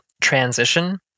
transition